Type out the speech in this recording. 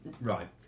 Right